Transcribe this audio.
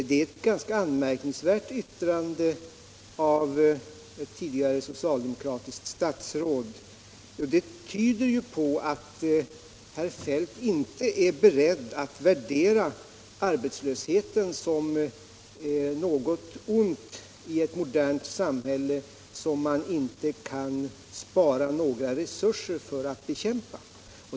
Det är ett ganska anmärkningsvärt yttrande av ett tidigare socialdemokratiskt statsråd, och det tyder på att herr Feldt inte är beredd att värdera arbetslösheten som något ont : ett modernt samhälle, som man inte kan spara några resurser för att bekämpa.